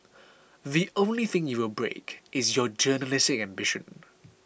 the only thing you will break is your journalistic ambition